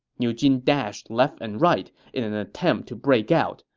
niu jin dashed left and right in an attempt to break out,